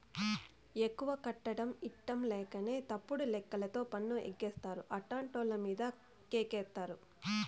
ఎక్కువ కట్టడం ఇట్టంలేకనే తప్పుడు లెక్కలతో పన్ను ఎగేస్తారు, అట్టాంటోళ్ళమీదే కేసేత్తారు